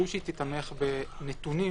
שהיא תיתמך בנתונים